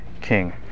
king